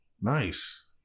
Nice